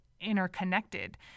interconnected